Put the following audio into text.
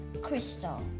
crystal